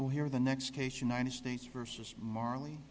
well here the next case united states versus marle